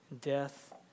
death